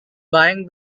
buying